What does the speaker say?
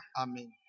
Amen